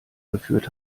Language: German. geführt